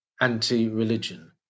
anti-religion